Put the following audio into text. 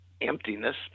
emptiness